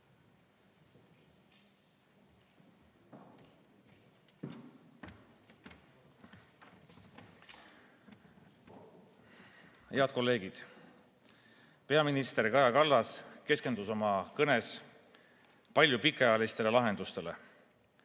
Head kolleegid! Peaminister Kaja Kallas keskendus oma kõnes palju pikaajalistele lahendustele.